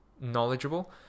knowledgeable